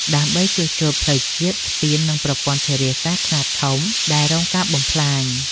ដើម្បីជួសជុលផ្លូវជាតិ ស្ពាន និងប្រព័ន្ធធារាសាស្ត្រខ្នាតធំដែលរងការបំផ្លាញ។